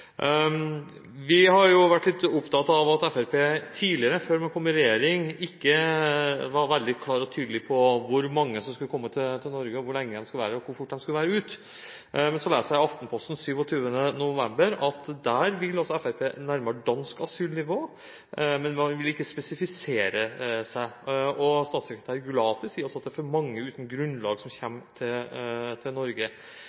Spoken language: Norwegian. Vi har vært litt opptatt av at Fremskrittspartiet tidligere, før man kom i regjering, ikke var veldig klar og tydelig på hvor mange som skulle komme til Norge, hvor lenge de skulle være her og hvor fort de skulle ut. Men så leser jeg i Aftenposten 27. november at der vil Fremskrittspartiet nærmere dansk asylnivå, men man vil ikke spesifisere det. Statssekretær Gulati sier at det er for mange uten grunnlag for beskyttelse som